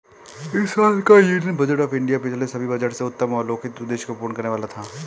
इस साल का यूनियन बजट ऑफ़ इंडिया पिछले सभी बजट से उत्तम और लोकहित उद्देश्य को पूर्ण करने वाला था